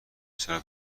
چرا